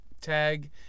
tag